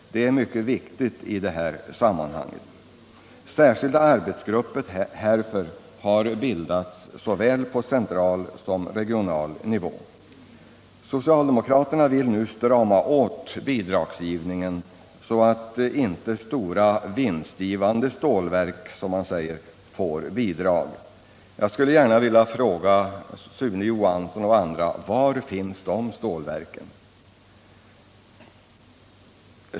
Det är mycket viktigt i detta sammanhang. Särskilda arbetsgrupper härför har bildats på såväl central som regional nivå. Socialdemokraterna vill nu strama åt bidragsgivningen, så att inte stora, vinstgivande stålverk, som man säger, får bidrag. Jag skulle gärna vilja fråga Sune Johansson och andra: Var finns de stålverken?